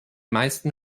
meisten